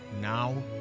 now